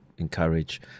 encourage